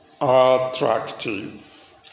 attractive